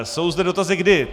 Jsou zde dotazy kdy.